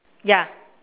ya